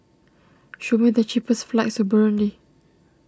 show me the cheapest flights to Burundi